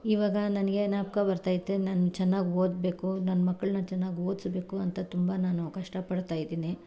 ಇವಾಗ ನನಗೆ ಜ್ಞಾಪ್ಕ ಬರ್ತೈತೆ ನಾನು ಚೆನ್ನಾಗಿ ಓದ್ಬೇಕು ನನ್ನ ಮಕ್ಕಳ್ನ ಚೆನ್ನಾಗಿ ಓದಿಸ್ಬೇಕು ಅಂತ ತುಂಬ ನಾನು ಕಷ್ಟ ಪಡ್ತಾ ಇದ್ದೀನಿ